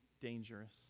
dangerous